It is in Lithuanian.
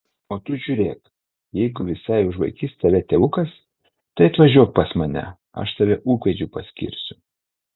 o tu žiūrėk jeigu visai užvaikys tave tėvukas tai atvažiuok pas mane aš tave ūkvedžiu paskirsiu